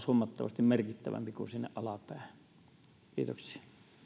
huomattavasti merkittävämpi kuin sinne alapäähän kiitoksia